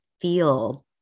feel